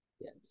Yes